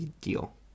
deal